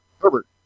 Herbert